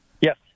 Yes